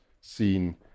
seen